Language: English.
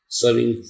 serving